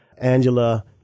Angela